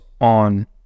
on